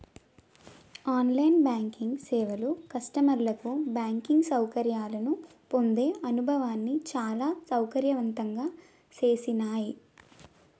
on line banking సేవలు కస్టమర్లకు banking సౌకర్యాలను పొందే అనుభవాన్ని చాలా సౌకర్యవంతంగా చేసినాయ్